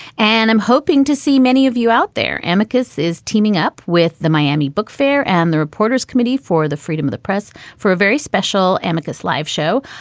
and i'm hoping to see many of you out there amicus is teaming up with the miami book fair and the reporters committee for the freedom of the press for a very special amicus live show.